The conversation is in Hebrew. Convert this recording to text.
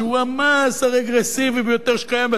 שהוא המס הרגרסיבי היותר שקיים,